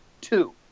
Two